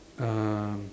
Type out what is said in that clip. um